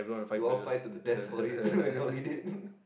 you all fight to the death for it when you all need it